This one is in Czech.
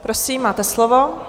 Prosím, máte slovo.